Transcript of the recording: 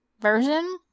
version